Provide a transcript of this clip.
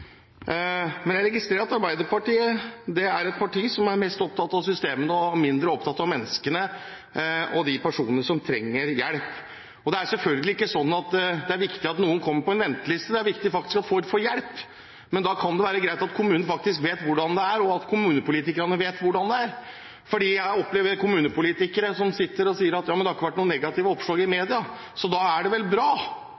Men jeg registrerer at Arbeiderpartiet er et parti som er mest opptatt av systemene og mindre opptatt av menneskene og de personene som trenger hjelp. Det er selvfølgelig ikke sånn at det er viktig at noen kommer på en venteliste. Det er viktig at folk faktisk får hjelp, men da kan det være greit at kommunen faktisk vet hvordan det er, og at kommunepolitikerne vet hvordan det er. Jeg opplever kommunepolitikere som sitter og sier at ja, men det har ikke vært noen negative oppslag i